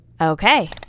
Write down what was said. Okay